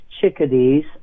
chickadees